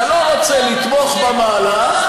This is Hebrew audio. אתה לא רוצה לתמוך במהלך,